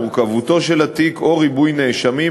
מורכבותו של התיק או ריבוי נאשמים,